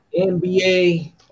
NBA